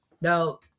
Now